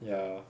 ya